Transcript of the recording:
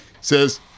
Says